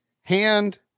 hand